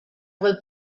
will